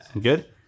Good